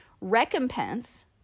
recompense